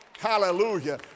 Hallelujah